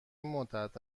مدت